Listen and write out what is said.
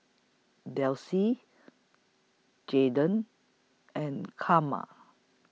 Delcie Jadon and Karma